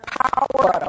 power